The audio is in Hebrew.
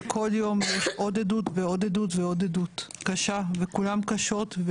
שכל יום יש עוד עדות ועוד עדות קשה וכולן קשות.